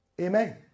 Amen